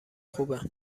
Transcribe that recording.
خوبه